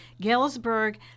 Galesburg